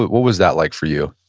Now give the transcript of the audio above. what was that like for you?